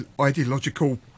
ideological